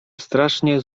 strasznie